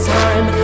time